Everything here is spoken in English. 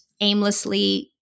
aimlessly